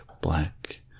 black